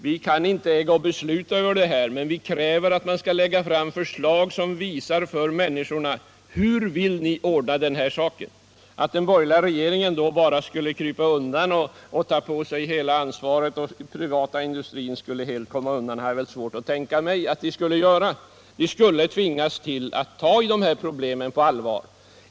Vi kan inte besluta om detta, men vi kräver att man skall lägga fram förslag som visar för människorna hur regeringen vill ordna denna sak. Att den borgerliga regeringen då skulle ta på sig hela ansvaret så att den privata industrin helt skulle komma undan, har jag svårt att tänka mig. Regeringen skulle tvingas till att ta itu med dessa problem på allvar.